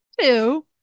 two